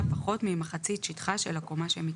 פחות ממחצית שטחה של הקומה שמתחתיה,